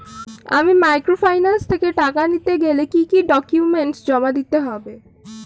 আমি মাইক্রোফিন্যান্স থেকে টাকা নিতে গেলে কি কি ডকুমেন্টস জমা দিতে হবে?